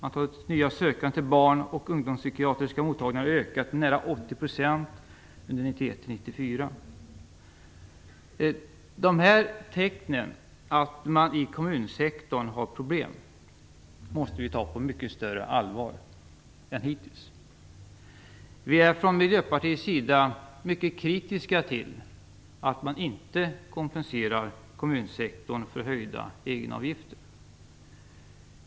Antalet nya sökande till barnoch ungdomspsykiatriska mottagningar har ökat med nära 80 % under perioden 1991-1994. Dessa tecken på att man har problem inom den kommunala sektorn måste vi ta på mycket större allvar än hittills. Vi är från Miljöpartiets sida mycket kritiska till att man inte kompenserar kommunsektorn för höjda egenavgifter.